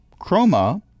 Chroma